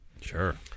Sure